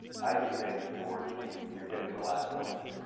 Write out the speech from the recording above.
i'd be saying to boards, you're you're getting the last notice.